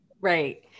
right